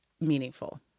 meaningful